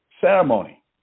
ceremony